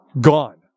gone